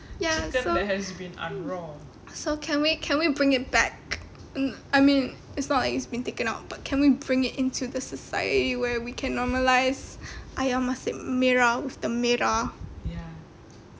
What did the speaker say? ya so so can we can we bring it back um I mean it's not it's been taken out but can we bring it into the society where we can normalise ayam masak merah with the merah